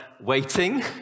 waiting